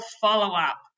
follow-up